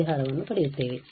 ಪರಿಹಾರವನ್ನು ಪಡೆಯುತ್ತೇವೆ